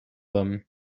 them